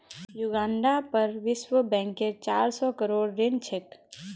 युगांडार पर विश्व बैंकेर चार सौ करोड़ ऋण छेक